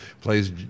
plays